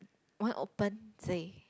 want open say